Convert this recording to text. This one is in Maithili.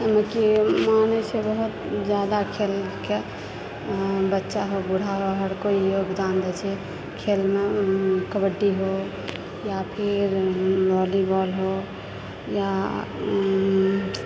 एहिमे कि मानै छै बहुत जादा खेलके बच्चा हो बूढ़ा हो हर कोइ योगदान दए छै खेलमे कबड्डी हो या फिर भौलीबॉल हो या